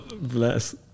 Bless